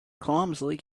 clumsily